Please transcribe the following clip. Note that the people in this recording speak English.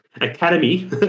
academy